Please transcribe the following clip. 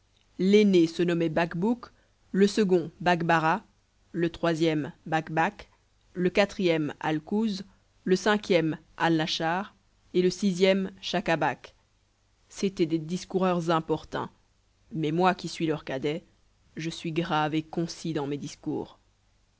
l'aîné se nommait bacbouc le second bakbarah le troisième bakbac le quatrième alcouz le cinquième alnaschar et le sixième schacabac c'étaient des discoureurs importuns mais moi qui suis leur cadet je suis grave et concis dans mes discours